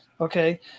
okay